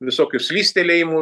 visokių slystelėjimų